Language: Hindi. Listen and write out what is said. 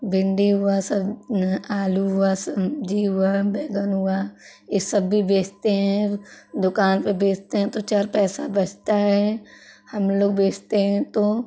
भिंडी हुआ सब न आलू हुआ सब्जी हुआ बैगन हुआ ये सब भी बेचते हैं दुकान पे बेचते हैं तो चार पैसा बचता है हम लोग बेचते हैं तो